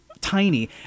tiny